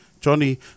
Johnny